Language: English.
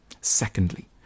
Secondly